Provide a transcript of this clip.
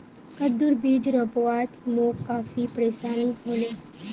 कद्दूर बीज रोपवात मोक काफी परेशानी ह ले